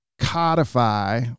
codify